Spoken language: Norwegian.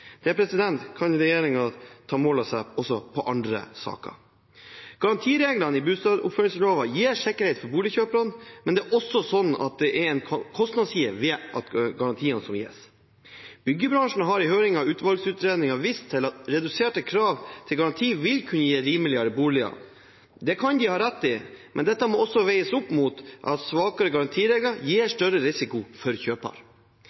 Det bør regjeringen ta mål av seg til å få til også i andre saker. Garantireglene i bustadoppføringslova gir sikkerhet for boligkjøperen, men det er også en kostnadsside ved garantiene som gis. Byggebransjen har i høringen av utvalgsutredningen vist til at reduserte krav til garanti vil kunne gi rimeligere boliger. Det kan de ha rett i, men dette må veies opp mot at svakere garantiregler gir større risiko for